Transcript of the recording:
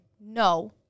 no